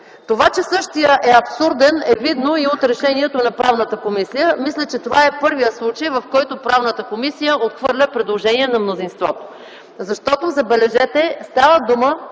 Това, че същият е абсурден е видно и от решението на Правната комисия. Мисля, че това е първият случай, в който Правната комисия отхвърля предложение на мнозинството. Защото, забележете, става дума